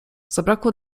zabrakło